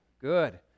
Good